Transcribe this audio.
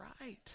right